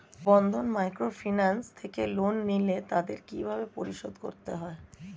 বন্ধন microfinance থেকে loan নিলে তাদের কিভাবে পরিশোধ করতে হয়?